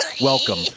Welcome